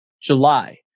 July